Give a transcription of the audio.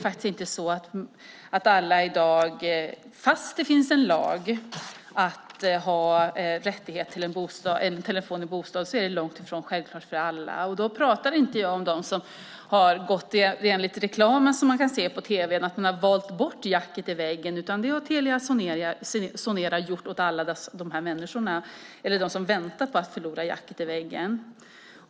Även om det finns en lag som ger alla rätt till telefon i bostaden är det långt ifrån en självklarhet för alla. Jag talar inte om dem som i likhet med reklamen i tv har valt bort jacket i väggen, utan om dem där Telia Sonera har gjort det åt dem eller som väntar på att förlora jacket i väggen.